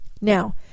Now